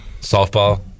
Softball